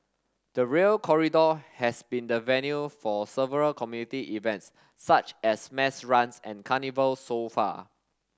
the Rail Corridor has been the venue for several community events such as mass runs and carnivals so far